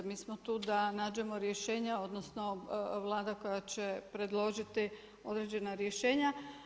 Mi smo tu da nađemo rješenja odnosno Vlada koja će predložiti određena rješenja.